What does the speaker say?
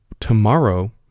tomorrow